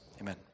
Amen